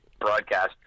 broadcast